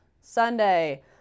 Sunday